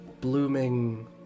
blooming